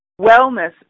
wellness